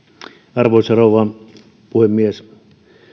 arvoisa rouva puhemies